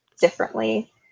differently